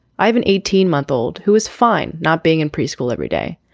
i have an eighteen month old who is fine. not being in preschool every day,